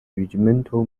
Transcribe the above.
regimental